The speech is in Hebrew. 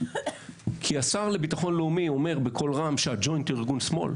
כי השר לביטחון לאומי אומר בקול רם שהג׳וינט הוא ארגון שמאל.